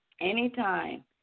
Anytime